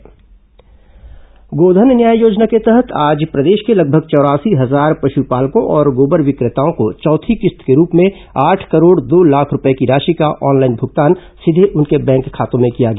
गोधन न्याय योजना गोधन न्याय योजना के तहत आज प्रदेश के लगभग चौरासी हजार पश्पालकों और गोबर विक्रेताओं को चौथी किश्त के रूप में आठ करोड़ दो लाख रूपए की राशि का ऑनलाइन भुगतान सीधे उनके बैंक खातों में किया गया